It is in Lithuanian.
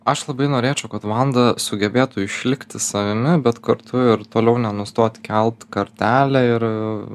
aš labai norėčiau kad vanda sugebėtų išlikti savimi bet kartu ir toliau nenustot kelt kartelę ir